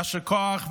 יישר כוח,